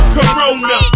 Corona